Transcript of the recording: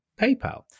PayPal